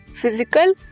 physical